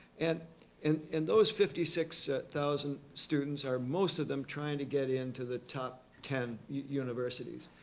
and and and those fifty six thousand students are most of them trying to get into the top ten universities.